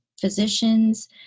physicians